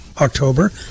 October